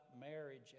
marriage